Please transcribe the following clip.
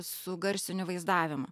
su garsiniu vaizdavimu